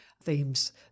themes